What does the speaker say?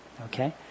Okay